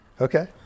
Okay